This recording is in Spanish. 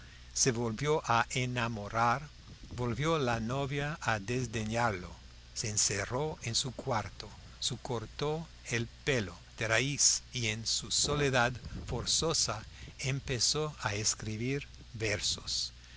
se volvió a enamorar volvió la novia a desdeñarlo se encerró en su cuarto se cortó el pelo de raíz y en su soledad forzosa empezó a escribir versos